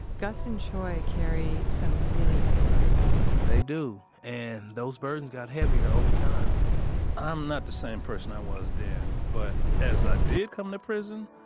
gus and choy carry some really heavy burdens they do. and those burdens got heavier over time i'm not the same person i was then, but as i did come to prison,